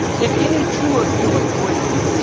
if any two of you agree,